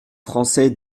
français